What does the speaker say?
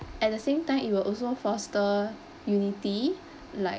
at the same time it will also foster unity like